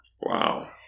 Wow